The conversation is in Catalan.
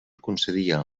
concedia